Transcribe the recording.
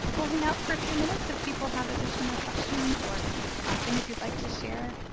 we'll hang out for a few minutes if people have additional questions or things you'd like to share.